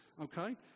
okay